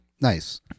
Nice